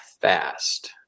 fast